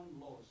laws